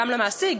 גם למעסיק,